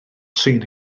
trin